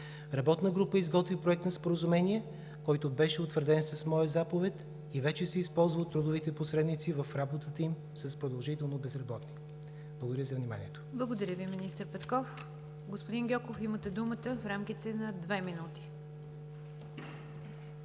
Работна група изготви Проект на споразумение, който беше утвърден с моя заповед и вече се използва от трудовите посредници в работата им с продължително безработни. Благодаря Ви за вниманието. ПРЕДСЕДАТЕЛ НИГЯР ДЖАФЕР: Благодаря Ви, министър Петков. Господин Гьоков, имате думата в рамките на две минути.